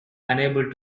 unable